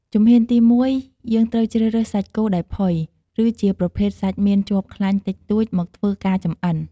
ជំហានទីមួយ យើងត្រូវជ្រើសរើសសាច់គោដែលផុយ ឬជាប្រភេទសាច់មានជាប់ខ្លាញ់តិចតួចមកធ្វើការចំអិន។